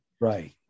Right